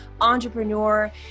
entrepreneur